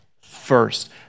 first